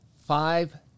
five